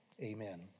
Amen